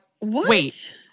wait